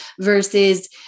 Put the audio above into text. versus